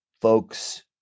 folks